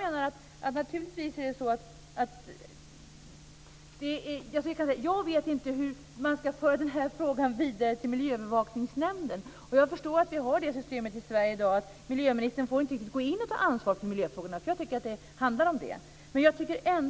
Jag vet inte hur man ska föra den här frågan vidare till Miljöövervakningsnämnden. Jag förstår att vi i Sverige i dag har det systemet att miljöministern inte får gripa in och ta ansvar för miljöfrågorna. Jag tycker att det handlar om detta